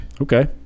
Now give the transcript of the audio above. okay